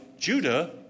Judah